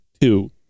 two